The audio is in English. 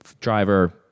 driver